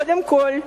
קודם כול,